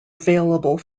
available